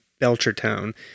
Belchertown